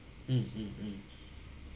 mm mm mm